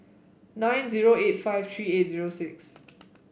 nine zero eight five three eight zero six